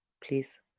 please